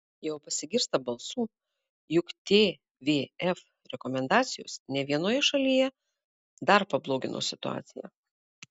jau pasigirsta balsų jog tvf rekomendacijos ne vienoje šalyje dar pablogino situaciją